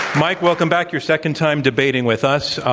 mike, welcome back your second time debating with us.